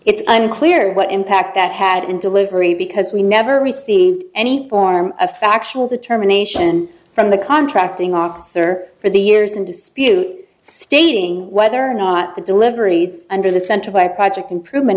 it's unclear what impact that had and delivery because we never received any form of factual determination from the contracting officer for the years in dispute stating whether or not the deliveries under the center by project improvement